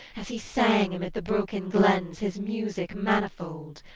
as he sang amid the broken glens his music manifold?